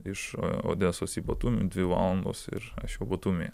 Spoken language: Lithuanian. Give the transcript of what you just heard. iš odesos į batumį dvi valandos ir aš jau batumyje